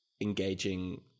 Engaging